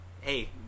hey